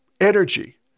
energy